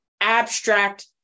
abstract